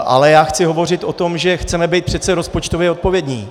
Ale já chci hovořit o tom, že chceme být přece rozpočtově odpovědní.